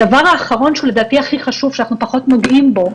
הדבר האחרון שלדעתי הוא הכי חשוב ואנחנו פחות נוגעים בו,